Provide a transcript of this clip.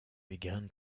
began